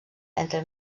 entre